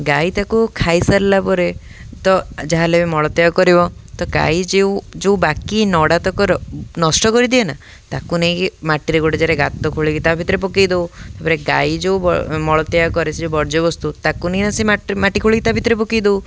ଗାଈ ତାକୁ ଖାଇସାରିଲା ପରେ ତ ଯାହାହେଲେ ବି ମଳତ୍ୟାଗ କରିବ ତ ଗାଈ ଯେଉଁ ଯେଉଁ ବାକି ନଡ଼ାତକର ନଷ୍ଟ କରିଦିଏନା ତାକୁ ନେଇକି ମାଟିରେ ଗୋଟେ ଜାଗାରେ ଗାତ ଖୋଳିକି ତା ଭିତରେ ପକେଇ ଦଉ ତା'ପରେ ଗାଈ ଯେଉଁ ମଳତ୍ୟାଗ କରେ ସେ ବର୍ଜ୍ୟବସ୍ତୁ ତାକୁ ନେଇ ଆସି ମାଟି ଖୋଳି ତା ଭିତରେ ପକାଇ ଦଉ